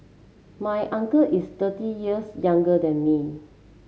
my uncle is thirty years younger than me